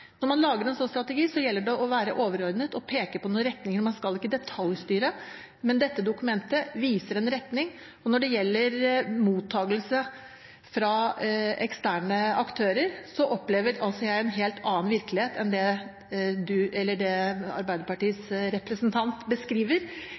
Når man lager en slik strategi, gjelder det å være overordnet og peke på noen retninger, og man skal ikke detaljstyre. Men dette dokumentet viser en retning. Og når det gjelder mottakelse fra eksterne aktører, opplever jeg en helt annen virkelighet enn det Arbeiderpartiets representant beskriver,